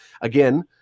Again